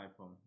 iPhone